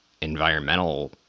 environmental